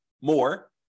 more